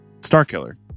Starkiller